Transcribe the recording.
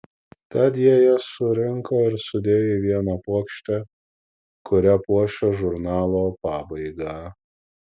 tad jie jas surinko ir sudėjo į vieną puokštę kuria puošė žurnalo pabaigą